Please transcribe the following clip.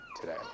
today